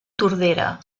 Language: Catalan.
tordera